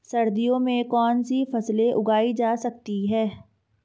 सर्दियों में कौनसी फसलें उगाई जा सकती हैं?